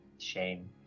Shame